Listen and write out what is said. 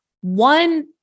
One